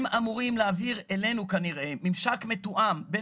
הם אמורים להעביר אלינו כנראה ממשק מתואם בין